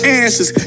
answers